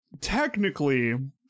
technically